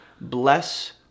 bless